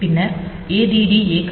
பின்னர் add AY